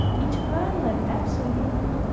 eternal and absolute,